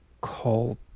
call